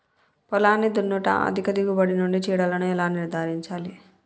పొలాన్ని దున్నుట అధిక దిగుబడి నుండి చీడలను ఎలా నిర్ధారించాలి?